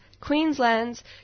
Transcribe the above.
Queensland's